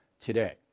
today